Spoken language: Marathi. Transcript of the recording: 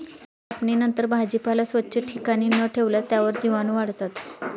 कापणीनंतर भाजीपाला स्वच्छ ठिकाणी न ठेवल्यास त्यावर जीवाणूवाढतात